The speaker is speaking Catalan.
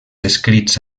escrits